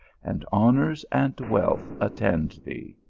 and honours and wealth attend thee.